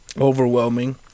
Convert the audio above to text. Overwhelming